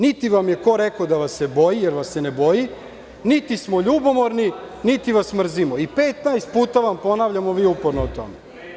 Niti vam je ko rekao da vas se boji, jer vas se ne boji, niti smo ljubomorni, niti vas mrzimo i 15 puta vam ponavljamo, a vi uporno o tome.